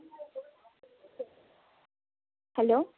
hello